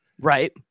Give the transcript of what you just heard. Right